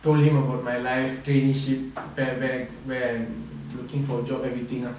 told him about my life traineeship when looking for a job everything ah